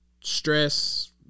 stress